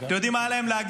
אתם יודעים מה היה הם להגיד?